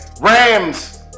Rams